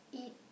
eat